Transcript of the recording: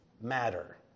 matter